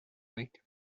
week